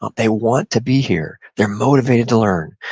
ah they want to be here. they're motivated to learn.